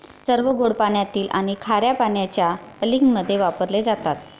सर्व गोड पाण्यातील आणि खार्या पाण्याच्या अँलिंगमध्ये वापरले जातात